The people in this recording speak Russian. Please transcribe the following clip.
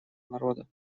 народа